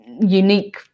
unique